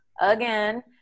again